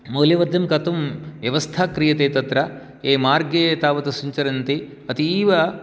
मौल्यवर्धनं कर्तुं व्यवस्था क्रियते तत्र ये मार्गे तावत् सञ्चरन्ति अतीव